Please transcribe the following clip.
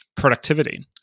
productivity